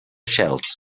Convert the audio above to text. shells